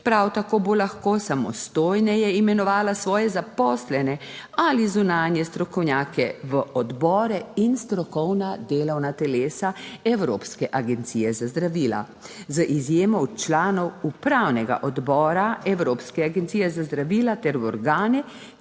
Prav tako bo lahko samostojneje imenovala svoje zaposlene ali zunanje strokovnjake v odbore in strokovna delovna telesa Evropske agencije za zdravila, z izjemo od članov upravnega odbora Evropske agencije za zdravila, ter v organe,